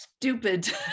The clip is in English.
stupid